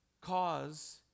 cause